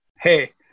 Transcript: hey